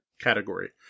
category